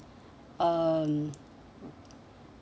um